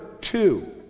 two